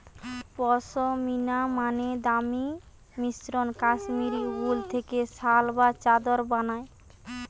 পশমিনা মানে দামি মসৃণ কাশ্মীরি উল থেকে শাল বা চাদর বানায়